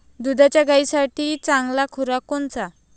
दुधाच्या गायीसाठी चांगला खुराक कोनचा?